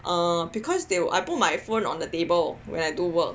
um because they will I put my phone on the table when I do work